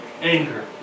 anger